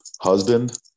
husband